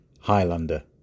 Highlander